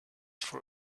for